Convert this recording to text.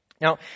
Now